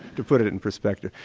to put it it in perspective.